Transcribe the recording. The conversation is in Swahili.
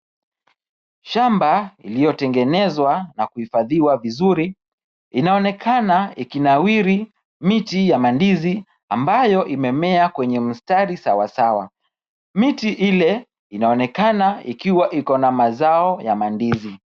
Shamba iliyotengenezwa na kuhifadhiwa vizuri, inaonekana ikinawiri miti ya mandizi ambayo imemea kwenye mstari sawa sawa. Miti ile inaonekana ikiwa iko na mazao ya mandizi.